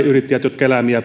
yrittäjät jotka eläimiä